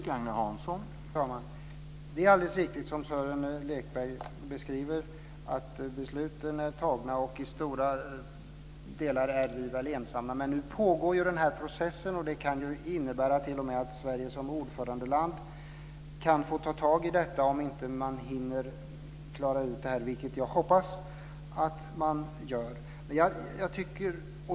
Herr talman! Det är alldeles riktigt, som Sören Lekberg säger, att besluten är fattade. I stora delar är vi väl ensamma. Men nu pågår ju den här processen och det kan t.o.m. innebära att Sverige som ordförandeland kan få ta tag i detta om man inte hinner klara ut det, vilket jag hoppas att man gör.